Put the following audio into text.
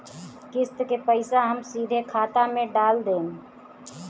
किस्त के पईसा हम सीधे खाता में डाल देम?